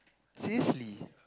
seriously